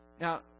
Now